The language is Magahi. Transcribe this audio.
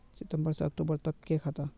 सितम्बर से अक्टूबर तक के खाता?